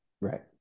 Right